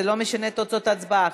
זה לא משנה את תוצאות ההצבעה.